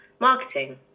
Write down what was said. marketing